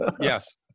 Yes